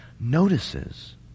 notices